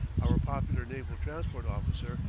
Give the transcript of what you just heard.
our popular naval transport officer,